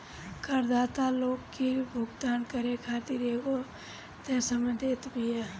करदाता लोग के भुगतान करे खातिर एगो तय समय देत बिया